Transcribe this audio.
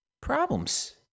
problems